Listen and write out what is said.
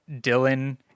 Dylan